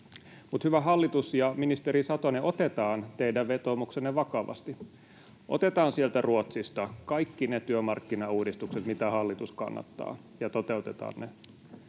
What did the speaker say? Hyvä hallitus ja ministeri Satonen, otetaan teidän vetoomuksenne vakavasti. Otetaan sieltä Ruotsista kaikki ne työmarkkinauudistukset, mitä hallitus kannattaa, ja toteutetaan ne,